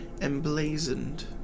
emblazoned